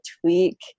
tweak